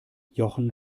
jochen